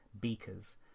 Beakers